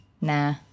Nah